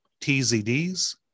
TZDs